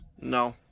No